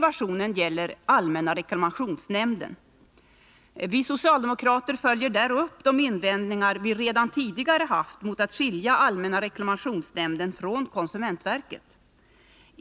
Vi socialdemokrater följer där upp de invändningar vi redan tidigare haft mot att skilja allmänna reklamationsnämnden från konsumentverket.